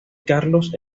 carlos